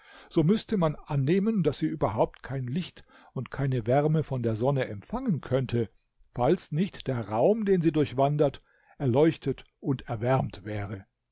so müßte man annehmen daß sie überhaupt kein licht und keine wärme von der sonne empfangen könnte falls nicht der raum den sie durchwandert erleuchtet und erwärmt wäre